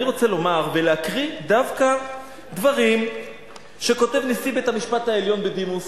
אני רוצה לומר ולהקריא דווקא דברים שכותב נשיא בית-המשפט העליון בדימוס